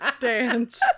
dance